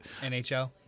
NHL